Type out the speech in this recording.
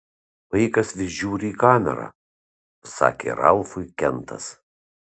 vaikas vis žiūri į kamerą pasakė ralfui kentas